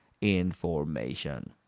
information